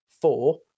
four